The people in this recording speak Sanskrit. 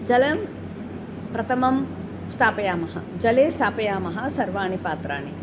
जलं प्रथमं स्थापयामः जले स्थापयामः सर्वाणि पात्राणि